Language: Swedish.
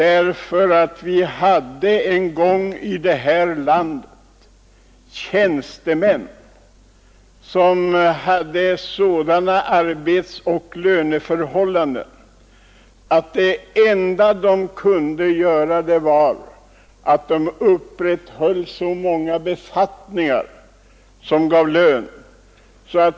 En gång hade tjänstemännen i det här landet sådana arbetsoch löneförhållanden att de kunde upprätthålla många befattningar som gav dem lön.